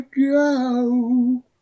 go